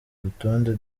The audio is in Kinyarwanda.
urutonde